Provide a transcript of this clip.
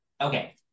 Okay